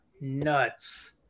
Nuts